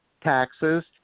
taxes